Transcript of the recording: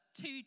two